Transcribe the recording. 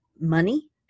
money